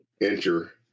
enter